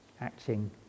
acting